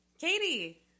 katie